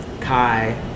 Kai